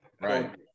Right